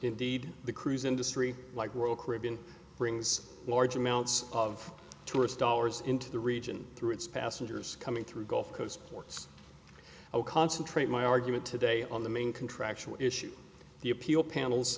indeed the cruise industry like world caribbean brings large amounts of tourist dollars into the region through its passengers coming through gulf coast ports concentrate my argument today on the main contractual issues the appeal panels